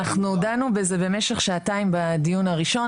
אנחנו דנו בזה במשך שעתיים בדיון הראשון,